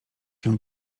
się